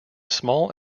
small